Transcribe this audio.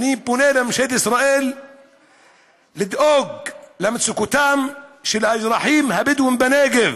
אני פונה לממשלת ישאל לדאוג למצוקתם של האזרחים הבדואים בנגב,